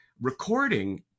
recording